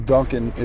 Duncan